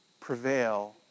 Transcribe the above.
prevail